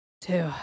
two